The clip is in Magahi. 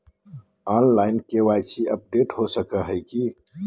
ऑनलाइन के.वाई.सी अपडेट हो सको है की?